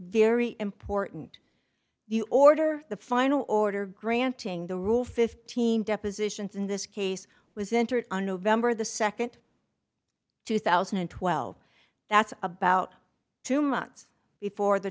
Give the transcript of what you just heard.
very important you order the final order granting the rule fifteen depositions in this case was entered on november the nd two thousand and twelve that's about two months before the